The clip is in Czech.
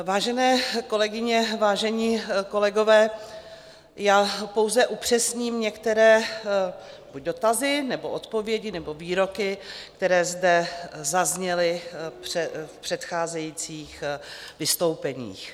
Vážené kolegyně, vážení kolegové, já pouze upřesním některé buď dotazy, nebo odpovědi, nebo výroky, které zde zazněly v předcházejících vystoupeních.